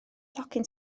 tocyn